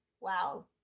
wow